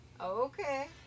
Okay